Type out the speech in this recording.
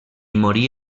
morí